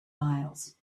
miles